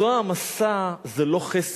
זו העמסה, זה לא חסד,